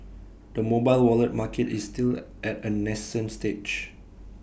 the mobile wallet market is still at A nascent stage